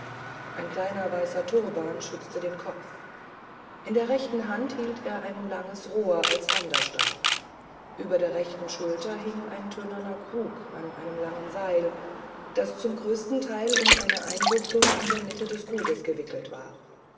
ein kleiner weißer turban schützte den kopf in der rechten hand hielt er ein langes rohr als wanderstab über der rechten schulter hing ein tönerner krug an einem langen seil das zum größten teil um eine einbuchtung in der mitte des kruges gewickelt war